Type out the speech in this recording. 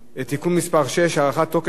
(תיקון מס' 6) (הארכת תוקף של הוראת